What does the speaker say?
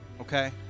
okay